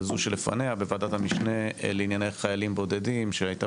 בזו שלפניה בוועדת המשנה לענייני חיילים בודדים שהייתה